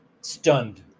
stunned